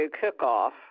cook-off